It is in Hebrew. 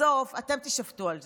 בסוף אתם תישפטו על זה.